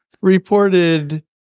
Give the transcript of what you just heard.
reported